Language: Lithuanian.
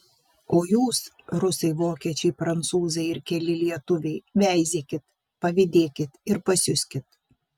o jūs rusai vokiečiai prancūzai ir keli lietuviai veizėkit pavydėkit ir pasiuskit